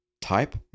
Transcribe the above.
Type